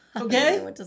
okay